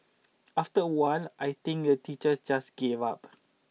after a while I think the teachers just gave up